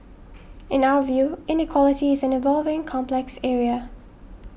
in our view inequality is an evolving complex area